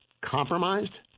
compromised